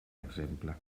exemple